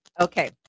Okay